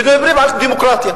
ומדברים על דמוקרטיה.